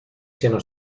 siano